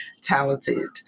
talented